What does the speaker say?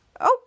okay